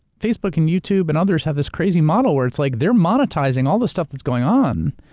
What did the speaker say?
facebook and youtube and others have this crazy model where it's like they're monetizing all this stuff that's going on,